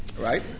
right